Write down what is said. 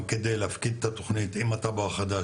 כדי להפקיד את התוכנית עם הטאבו החדש,